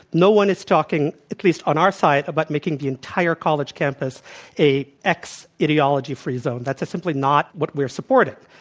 no one is talking, at least on our side, about making the entire college campus a ex-ideology free zone. that's simply not what we're supporting.